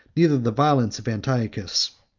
neither the violence of antiochus,